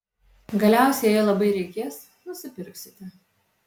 galiausiai jei labai reikės nusipirksite